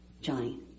Johnny